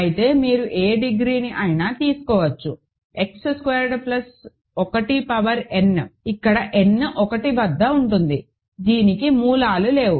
అయితే మీరు ఏ డిగ్రీని అయినా తీసుకోవచ్చు X square plus 1 power n ఇక్కడ n 1 వద్ద ఉంటుంది దీనికి మూలాలు లేవు